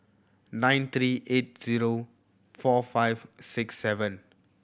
nine three eight zero four five six seven